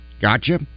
gotcha